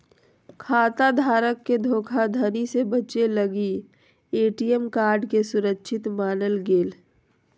खाता धारक के धोखाधड़ी से बचे लगी ए.टी.एम कार्ड के सुरक्षित मानल गेलय